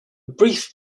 brief